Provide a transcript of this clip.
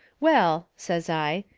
well, says i,